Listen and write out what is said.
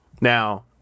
now